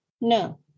No